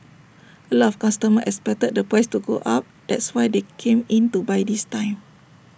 A lot of customers expected the price to go up that's why they came in to buy this time